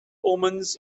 omens